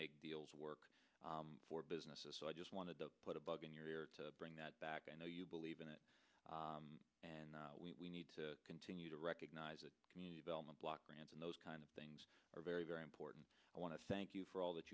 make deals work for businesses so i just wanted to put a bug in your ear to bring that back i know you believe in it and we need to continue to recognize that community development block grants and those kind of things are very very important i want to thank you for all that